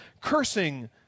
cursing